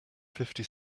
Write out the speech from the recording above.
fifty